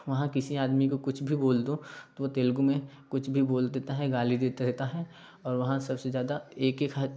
वहाँ किसी भी आदमी को कुछ भी बोल दो तो वह तेलुगु में कुछ भी बोल देता है गाली देते रहता है और वहाँ सबसे ज़्यादा एक एक घर